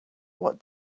what